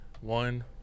one